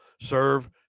Serve